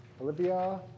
Olivia